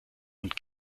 und